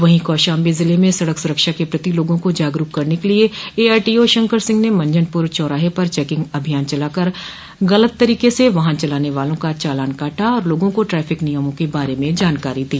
वहीं कौशाम्बी ज़िले में सड़क सुरक्षा के प्रति लोगों को जागरूक करने के लिए एआरटीओ शंकर सिंह ने मंझनपुर चौराहे पर चैकिंग अभियान चलाकर गलत तरीके से वाहन चलाने वालों का चालान काटा और लोगों को ट्रैफिक नियमों के बारे में जानकारी दी